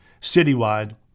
citywide